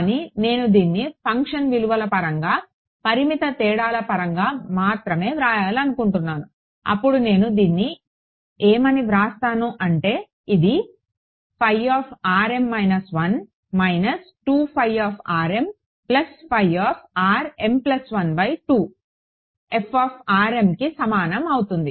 కానీ నేను దీన్ని ఫంక్షన్ విలువల పరంగా పరిమిత తేడాల పరంగా మాత్రమే వ్రాయాలనుకుంటున్నాను అప్పుడు నేను దీన్ని ఏమని వ్రాస్తాను అంటే ఇది fకి సమానం అవుతుంది